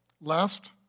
Last